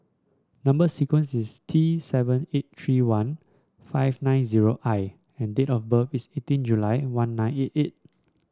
number sequence is T seven eight three one five nine zero I and date of birth is eighteen July one nine eight eight